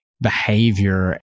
behavior